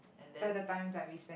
other times like we spend